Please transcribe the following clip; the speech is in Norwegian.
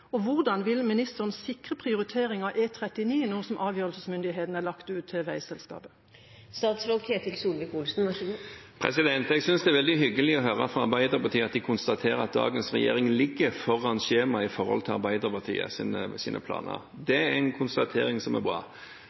og hvordan vil ministeren sikre prioritering av E39 nå som avgjørelsesmyndigheten er lagt til veiselskapet? Jeg synes det er veldig hyggelig å høre fra Arbeiderpartiet at de konstaterer at dagens regjering ligger foran skjema i forhold til Arbeiderpartiets planer. Det er en konstatering som er bra.